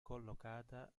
collocata